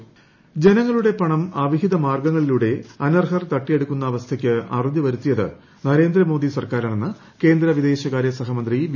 മുരളീധരൻ ജനങ്ങളുടെ പണം അവിഹിത മാർഗ്ഗങ്ങളിലൂടെ അനർഹർ തട്ടിയെടുക്കുന്ന അവ്യസ്ഥിക്ക് അറുതി വരുത്തിയത് നരേന്ദ്രമോദി സർക്കാരാണെന്ന് പൂർ കേന്ദ്ര വിദേശകാര്യ സഹമന്ത്രി വി